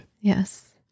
Yes